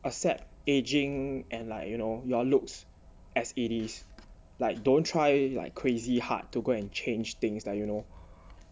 except aging and like you know your looks as it is like don't try like crazy hard to go and change things like you know